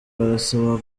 barasaba